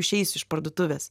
išeisiu iš parduotuvės